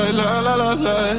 la-la-la-la